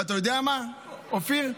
אתה יודע מה, אופיר?